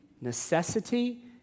necessity